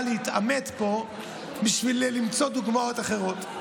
להתעמת פה בשביל למצוא דוגמאות אחרות.